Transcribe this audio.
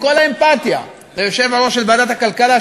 עם כל האמפתיה ליושב-ראש ועדת הכלכלה,